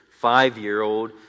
five-year-old